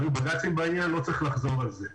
היו בג"צים בעניין, לא צריך לחזור על זה.